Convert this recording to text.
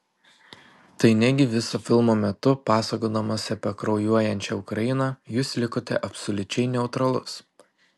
tai negi viso filmo metu pasakodamas apie kraujuojančią ukrainą jūs likote absoliučiai neutralus